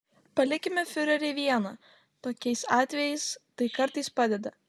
palikime fiurerį vieną tokiais atvejais tai kartais padeda